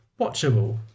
watchable